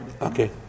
okay